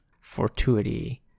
fortuity